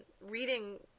reading